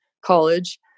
college